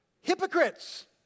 hypocrites